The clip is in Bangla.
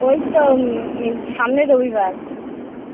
ওই তো এই সামনের রবিবার